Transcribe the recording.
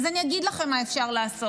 אז אני אגיד לך מה אפשר לעשות,